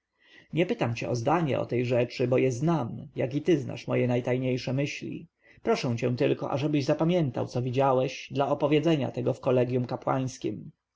nie pytam cię o zdanie w tej rzeczy bo je znam jak i ty znasz moje najtajniejsze myśli proszę cię tylko ażebyś zapamiętał co widziałeś dla opowiedzenia tego w kolegjum kapłańskim